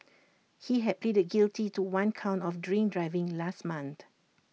he had pleaded guilty to one count of drink driving last month